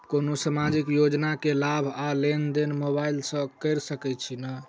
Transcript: कोनो सामाजिक योजना केँ लाभ आ लेनदेन मोबाइल सँ कैर सकै छिःना?